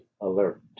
alert